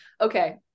okay